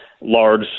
large